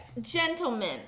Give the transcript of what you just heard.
Gentlemen